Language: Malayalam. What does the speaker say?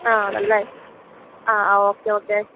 ആണല്ലേ ആ ആ ഓക്കെ ഓക്കെ